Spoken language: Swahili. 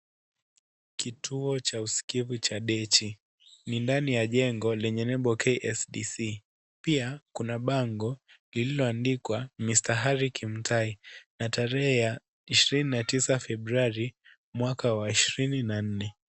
Kituo cha uskivu cha DG. Ni ndani ya jengo lenye nembo KSDC. Pia kuna bango lilioandikwa " Mr Harry Kimutai" na tarehe ya ishirini na tisa Februari mwaka wa ishirini na nne.